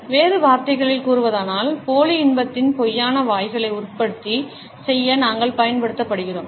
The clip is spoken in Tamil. வேறு வார்த்தைகளில் கூறுவதானால் போலி இன்பத்தின் பொய்யான வாய்களை உற்பத்தி செய்ய நாங்கள் பயன்படுத்தப்படுகிறோம்